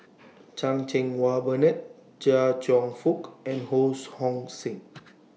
Chan Cheng Wah Bernard Chia Cheong Fook and Ho Hong Sing